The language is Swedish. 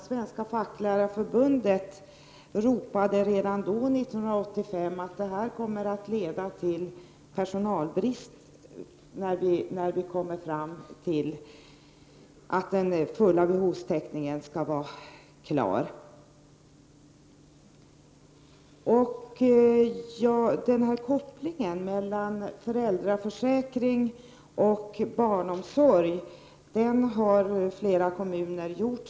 Svenska facklärarförbundet uttalade redan 1985 att detta skulle leda till personalbrist då beslutet om den fulla behovstäckningen skall förverkligas. Kopplingen mellan föräldraförsäkringen och barnomsorgen har flera kommuner redan gjort.